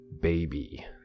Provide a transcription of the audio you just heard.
Baby